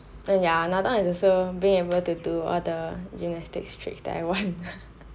another is also being able to do all the gymnastics tricks that one